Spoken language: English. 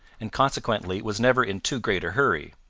and consequently was never in too great a hurry.